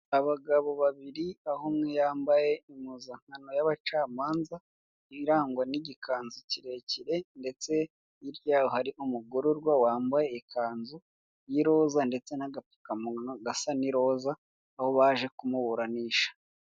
Abagabo babiri aho umwe yambaye impuzankano y'abacamanza irangwa n'igikanzu kirekire ndetse hirya yaho hari umugororwa wambaye ikanzu y'iroza ndetse n'agapfukamunwa gasa n'iroza aho baje kumuburanisha.